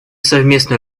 совместную